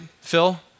Phil